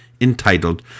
entitled